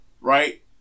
right